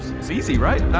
it's easy, right?